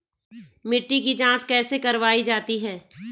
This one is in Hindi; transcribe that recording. मिट्टी की जाँच कैसे करवायी जाती है?